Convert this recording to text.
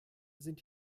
sind